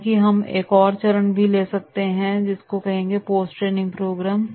हालांकि हम एक और चरण भी लेे सकते हैं जिसे कहेंगे पोस्ट ट्रेनिंग प्रोग्राम